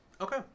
Okay